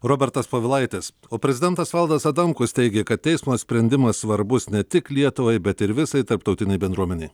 robertas povilaitis o prezidentas valdas adamkus teigė kad teismo sprendimas svarbus ne tik lietuvai bet ir visai tarptautinei bendruomenei